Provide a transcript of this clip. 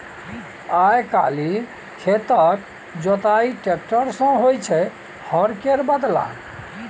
आइ काल्हि खेतक जोताई टेक्टर सँ होइ छै हर केर बदला